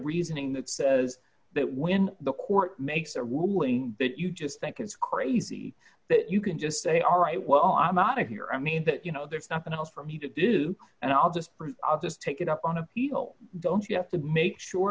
reasoning that says that when the court makes a ruling that you just think it's crazy that you can just say all right well i'm out of here i mean that you know there's nothing else for me to do and i'll just i'll just take it up on appeal don't you have to make sure